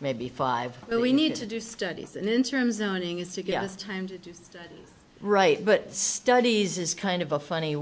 maybe five we need to do studies and interim zoning is to give us time to do right but studies is kind of a funny